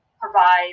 provide